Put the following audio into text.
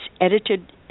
edited